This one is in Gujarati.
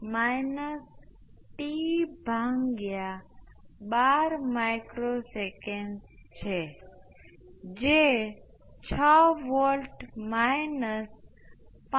તેથી સ્ટેપની ત્વરિત સમયે આપણી પાસે L 1 L 2 R 1 R 2 × d I 1 d t છે જે L 2 R 1 R 2 d I s d t જેટલું છે